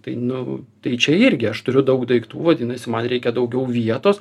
tai nu tai čia irgi aš turiu daug daiktų vadinasi man reikia daugiau vietos